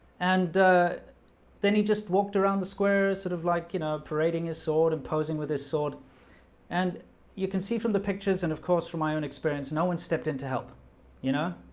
and then he just walked around the square sort of like, you know parading his sword and posing with his sword and you can see from the pictures and of course from my own experience. no one stepped in to help you know,